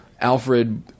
Alfred